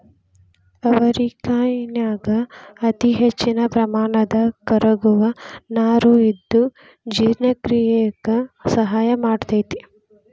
ಅವರಿಕಾಯನ್ಯಾಗ ಅತಿಹೆಚ್ಚಿನ ಪ್ರಮಾಣದ ಕರಗುವ ನಾರು ಇದ್ದು ಜೇರ್ಣಕ್ರಿಯೆಕ ಸಹಾಯ ಮಾಡ್ತೆತಿ